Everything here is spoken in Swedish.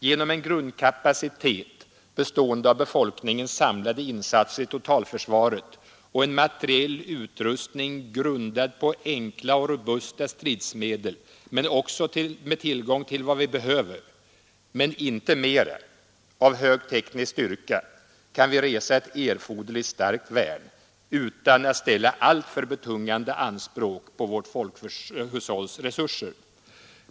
Genom en grundkapacitet, bestående av befolkningens samlade insatser i totalförsvaret och en materiell utrustning grundad på enkla och robusta stridsmedel men också med tillgång till vad vi behöver — men inte mera — av hög teknisk styrka, kan vi resa ett erforderligt starkt värn utan att ställa alltför betungande anspråk på vårt folkhushålls resurser.